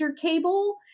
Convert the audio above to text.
cable